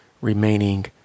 remaining